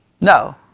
No